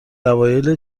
اوایل